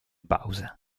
pausa